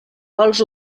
pols